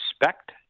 respect